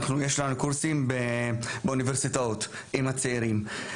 יש לנו קורסים באוניברסיטאות עם הצעירים.